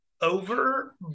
over